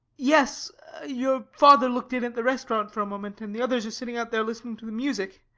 yes your father looked in at the restaurant for a moment, and the others are sitting out there listening to the music.